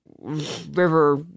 river